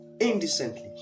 indecently